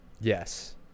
Yes